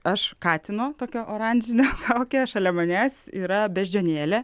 aš katino tokio oranžinio kaukę šalia manęs yra beždžionėlė